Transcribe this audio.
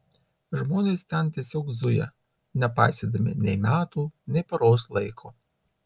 žmonės ten tiesiog zuja nepaisydami nei metų nei paros laiko